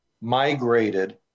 migrated